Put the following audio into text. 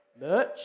merch